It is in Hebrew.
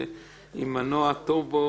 שהיא מנוע טורבו